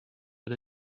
but